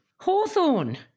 hawthorne